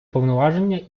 повноваження